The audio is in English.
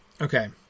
Okay